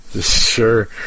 sure